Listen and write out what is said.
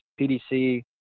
PDC